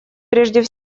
прежде